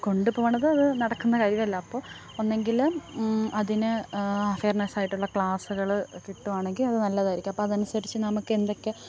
കൊണ്ട് പോകുന്നത് അത് നടക്കുന്ന കാര്യമല്ല അപ്പോൾ ഒന്നെങ്കിൽ അതിന് അഫേർനെസ്സ് ആയിട്ടുള്ള ക്ലാസ്കൾ കിട്ടുകയാണെങ്കിൽ അത് നല്ലതായിരിക്കും അപ്പം അതനുസരിച്ച് നമുക്ക് എന്തൊക്കെ